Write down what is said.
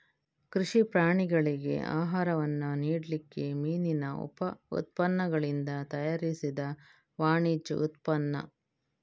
ಕೃಷಿ ಪ್ರಾಣಿಗಳಿಗೆ ಆಹಾರವನ್ನ ನೀಡ್ಲಿಕ್ಕೆ ಮೀನಿನ ಉಪ ಉತ್ಪನ್ನಗಳಿಂದ ತಯಾರಿಸಿದ ವಾಣಿಜ್ಯ ಉತ್ಪನ್ನ